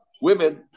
women